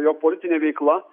jo politinė veikla